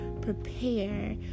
prepare